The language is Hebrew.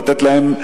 לתת להם,